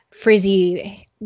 frizzy